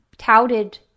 touted